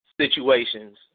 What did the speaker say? situations